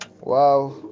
wow